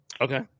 Okay